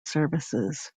services